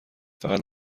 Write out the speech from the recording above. فقط